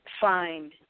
find